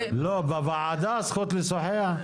לא, בוועדה זכות לשוחח?